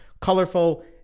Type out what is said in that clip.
Colorful